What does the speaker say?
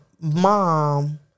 mom